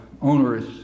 onerous